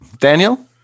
Daniel